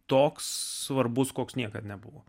toks svarbus koks niekad nebuvo